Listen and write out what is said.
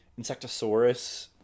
Insectosaurus